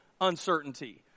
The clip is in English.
uncertainty